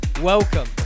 welcome